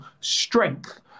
strength